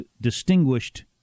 distinguished